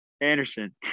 Anderson